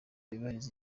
yubahiriza